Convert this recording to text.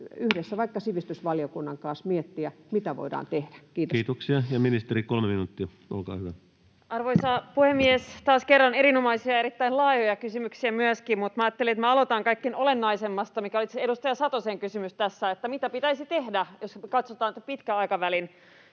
koputtaa] sivistysvaliokunnan kanssa miettiä, mitä voidaan tehdä. — Kiitos. Kiitoksia. — Ja ministeri, 3 minuuttia, olkaa hyvä. Arvoisa puhemies! Taas kerran erinomaisia ja erittäin laajoja kysymyksiä myöskin, mutta ajattelin, että aloitan kaikkein olennaisimmasta, mikä oli itse asiassa edustaja Satosen kysymys tässä: mitä pitäisi tehdä, jos katsotaan tätä pitkän aikavälin